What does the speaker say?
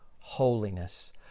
holiness